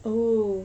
oh